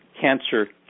cancer